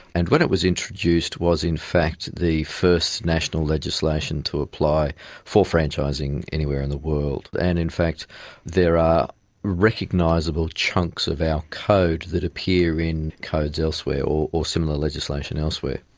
and when it was introduced it was in fact the first national legislation to apply for franchising anywhere in the world. and in fact there are recognisable chunks of our code that appear in codes elsewhere or or similar legislation elsewhere.